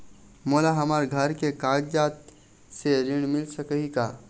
मोला हमर घर के कागजात से ऋण मिल सकही का?